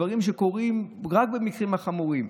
אלא בדברים שקורים רק במקרים חמורים.